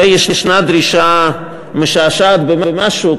ויש דרישה משעשעת משהו,